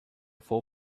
four